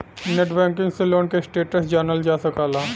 net banking से loan क status जानल जा सकला